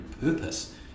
purpose